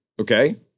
okay